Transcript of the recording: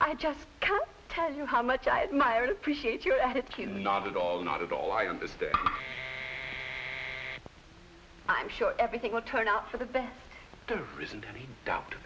can't tell you how much i admired appreciate your attitude not at all not at all i understand i'm sure everything will turn out for the best the reason